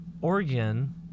Oregon